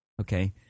Okay